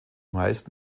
meisten